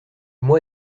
moi